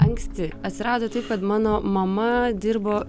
anksti atsirado taip kad mano mama dirbo